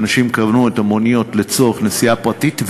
אנשים קנו את המוניות לצורך נסיעה פרטית,